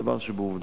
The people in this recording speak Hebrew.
זה דבר שבעובדה.